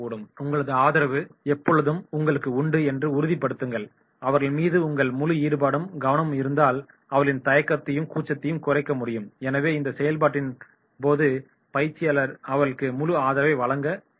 உங்களது ஆதரவு எப்பொழுதும் அவர்களுக்கு உண்டு என்று உறுதி படுத்துங்கள் அவர்கள் மீது உங்கள் முழு ஈடுபாடும் கவனமும் இருந்தால் அவர்களின் தயக்கத்தையும் கூச்சத்தையும் குறைக்க முடியும் எனவே இந்த செயல்பாட்டின் போது பயிற்சியாளர் அவர்களுக்கு முழு ஆதரவை வழங்க வேண்டும்